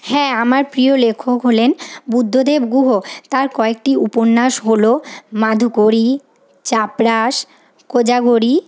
হ্যাঁ আমার প্রিয় লেখক হলেন বুদ্ধদেব গুহ তার কয়েকটি উপন্যাস হল মাধুকরী চাপরাস কোজাগরী